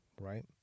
right